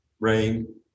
rain